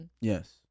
Yes